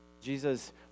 Jesus